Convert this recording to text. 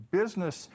business